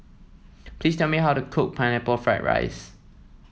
please tell me how to cook Pineapple Fried Rice